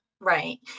Right